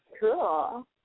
Cool